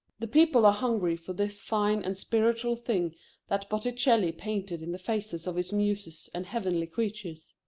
the people are hungry for this fine and spiritual thing that botticelli painted in the faces of his muses and heavenly creatures.